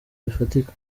bifatika